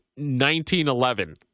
1911